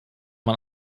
man